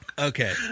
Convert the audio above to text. Okay